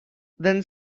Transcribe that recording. then